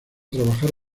trabajar